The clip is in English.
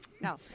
No